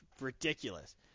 ridiculous